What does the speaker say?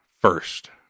first